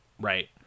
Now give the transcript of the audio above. Right